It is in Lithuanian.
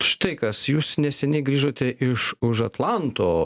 štai kas jūs neseniai grįžote iš už atlanto